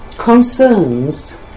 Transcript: Concerns